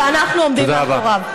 ואנחנו עומדים מאחוריו.